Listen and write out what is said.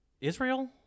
Israel